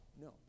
No